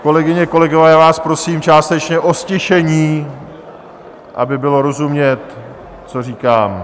Kolegyně, kolegové, já vás prosím částečně o ztišení, aby bylo rozumět, co říkám.